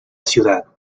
ciudad